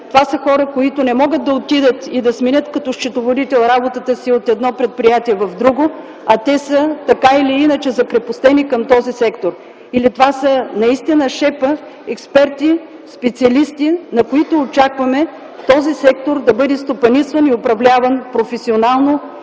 това са хора, които не могат да отидат и да сменят като счетоводител работата си от едно предприятие в друго, а те са закрепостени към този сектор. Това са наистина шепа експерти, специалисти, от които очакваме този сектор да бъде стопанисван и управляван професионално